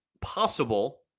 possible